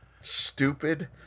stupid